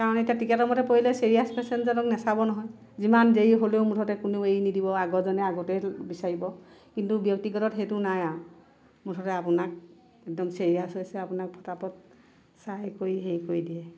কাৰণ এতিয়া টিকটৰ মতে পৰিলে ছিৰিয়াছ পেছেণ্টজনক নাচাব নহয় যিমান দেৰি হ'লেও মুঠতে কোনেও এৰি নিদিব আগৰজনে আগতে বিচাৰিব কিন্তু ব্যক্তিগতত সেইটো নাই আৰু মুঠতে আপোনাক একদম চিৰিয়াছ হৈছে আপোনাক ফটাফত চাই কৰি হেৰি কৰি দিয়ে